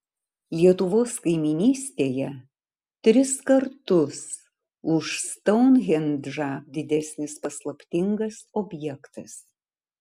lietuvos kaimynystėje tris kartus už stounhendžą didesnis paslaptingas objektas